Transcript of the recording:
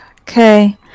Okay